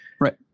right